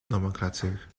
nomenclature